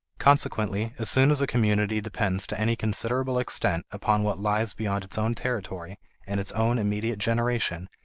consequently as soon as a community depends to any considerable extent upon what lies beyond its own territory and its own immediate generation,